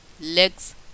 legs